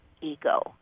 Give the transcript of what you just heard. ego